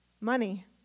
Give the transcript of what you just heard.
money